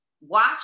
watch